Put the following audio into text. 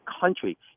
country